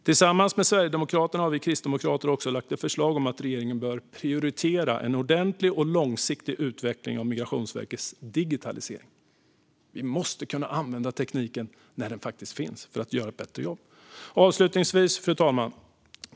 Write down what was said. Tillsammans med Sverigedemokraterna har vi kristdemokrater också lagt fram ett förslag om att regeringen ska prioritera en ordentlig och långsiktig utveckling av Migrationsverkets digitalisering. Vi måste kunna använda tekniken, när den faktiskt finns, för att göra ett bättre jobb. Fru talman!